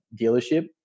dealership